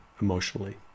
emotionally